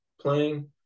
playing